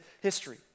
history